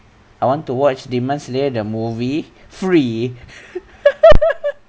I want to watch demons slayer the movie free